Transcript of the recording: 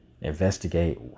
investigate